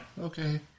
Okay